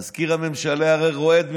מזכיר הממשלה הרי רועד ממנו.